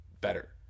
better